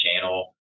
channel